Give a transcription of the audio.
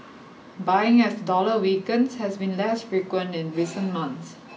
buying as the dollar weakens has been less frequent in recent months